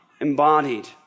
embodied